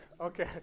Okay